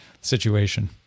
situation